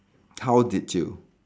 how did you